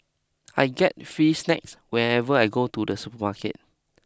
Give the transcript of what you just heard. I get free snacks whenever I go to the supermarket